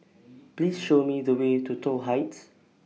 Please Show Me The Way to Toh Heights